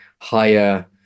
higher